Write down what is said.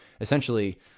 essentially